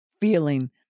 feeling